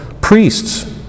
Priests